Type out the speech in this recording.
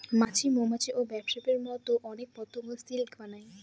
মাছি, মৌমাছি, ওবাস্পের মতো অনেক পতঙ্গ সিল্ক বানায়